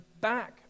back